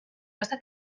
hasta